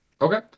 Okay